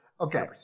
Okay